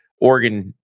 Oregon